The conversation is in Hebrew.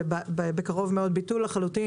ובקרוב מאוד ביטול לחלוטין,